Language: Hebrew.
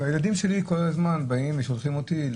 אז הילדים שלי כל הזמן באים ושולחים אותי,